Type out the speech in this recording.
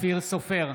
אופיר סופר,